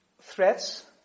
threats